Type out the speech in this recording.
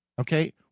Okay